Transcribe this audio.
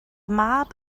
mab